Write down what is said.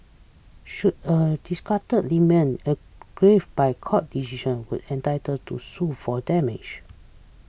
should a disgruntled aggrieved by court decision with entitled to sue for damage